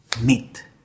meet